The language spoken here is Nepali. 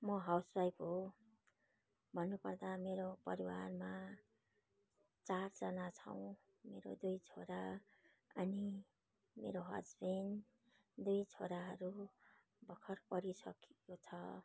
म हाउसवाइफ हो भन्नुपर्दा मेरो परिवारमा चारजना छौँ मेरो दुई छोरा अनि मेरो हस्बेन्ड दुई छोराहरू भर्खर पढिसकेको छ